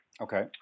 Okay